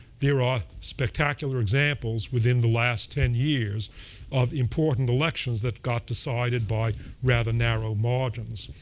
there are spectacular examples within the last ten years of important elections that got decided by rather narrow margins.